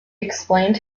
explained